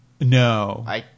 No